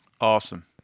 Awesome